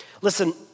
Listen